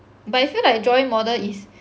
but I feel like drawing model is